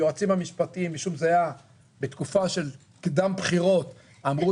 היועצים המשפטיים זה היה בתקופה של קדם בחירות אמרו